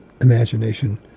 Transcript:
imagination